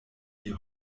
die